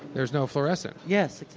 there's no fluorescent yeah so